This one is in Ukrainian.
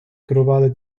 керували